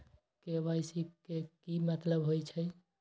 KYC के कि मतलब होइछइ?